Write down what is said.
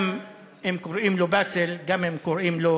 גם אם קוראים לו באסל, גם אם קוראים לו